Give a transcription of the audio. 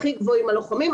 הכי גבוהים הלוחמים,